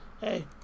Hey